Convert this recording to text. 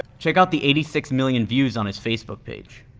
check out the eighty six million views on his facebook page.